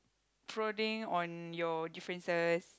prodding on your differences